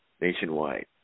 nationwide